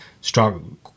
strong